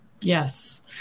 yes